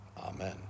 Amen